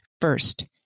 First